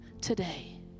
today